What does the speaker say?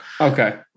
Okay